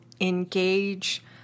engage